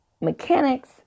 mechanics